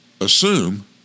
assume